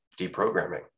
deprogramming